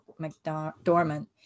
McDormand